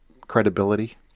credibility